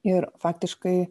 ir faktiškai